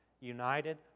united